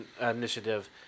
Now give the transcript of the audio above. initiative